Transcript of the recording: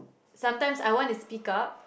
sometimes I want to speak up